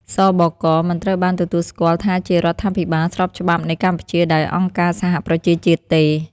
ស.ប.ក. មិនត្រូវបានទទួលស្គាល់ថាជារដ្ឋាភិបាលស្របច្បាប់នៃកម្ពុជាដោយអង្គការសហប្រជាជាតិទេ។